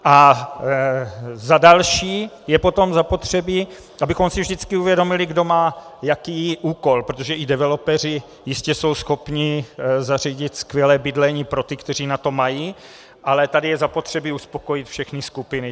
A za další, je potom zapotřebí, abychom si vždycky uvědomili, kdo má jaký úkol, protože i developeři jistě jsou schopni zařídit skvělé bydlení pro ty, kteří na to mají, ale tady je zapotřebí uspokojit všechny skupiny.